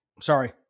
Sorry